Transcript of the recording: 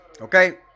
okay